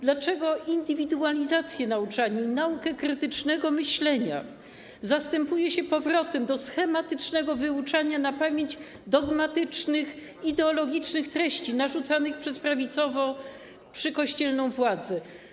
Dlaczego indywidualizację nauczania, naukę krytycznego myślenia zastępuje się powrotem do schematycznego wyuczania na pamięć dogmatycznych, ideologicznych treści narzucanych przez prawicowo-przykościelną władzę?